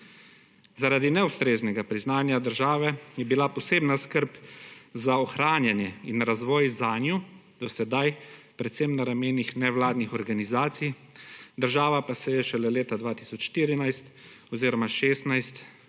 Zaradi neustreznega priznanja države je bila posebna skrb za ohranjanje in razvoj zanju do sedaj predvsem na ramenih nevladnih organizacij, država pa se je šele leta 2014 oziroma 2016